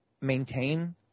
maintain